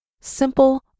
simple